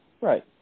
Right